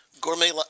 Gourmet